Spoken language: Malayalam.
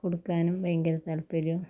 കൊടുക്കാനും ഭയങ്കര താൽപ്പര്യം